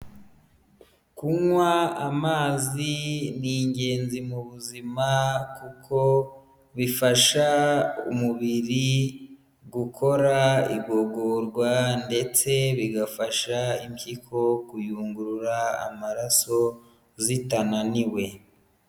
Kunywa amazi ni ingenzi mu buzima kuko bifasha umubiri gukora igogorwa ndetse bigafasha impyiko kuyungurura amaraso zitananiwe.